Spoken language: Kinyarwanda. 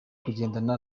kugendana